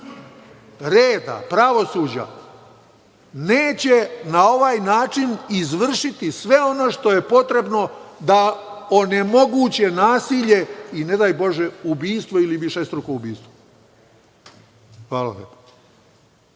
reda, pravosuđa, neće na ovaj način izvršiti sve ono što je potrebno da onemoguće nasilje i ne daj Bože ubistvo ili višestruko ubistvo. Hvala.